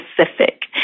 specific